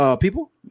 people